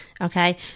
Okay